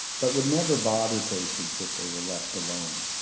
but would never bother patients if they were left alone.